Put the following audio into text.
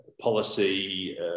policy